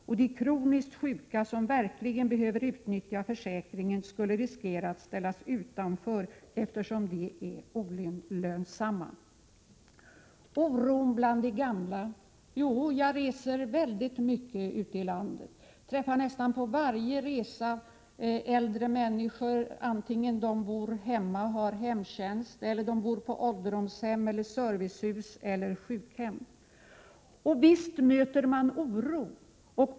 Och de kroniskt sjuka, som verkligen behöver utnyttja försäkringen, skulle riskera att ställas utanför eftersom de är olönsamma.” Så till talet om oron bland de gamla. Jo, jag reser väldigt mycket ute i landet. På nästan varje resa träffar jag äldre människor — vare sig de bor hemma och har hemtjänst eller de bor på ålderdomshem, i servicehus eller på sjukhem — och visst möter jag oro.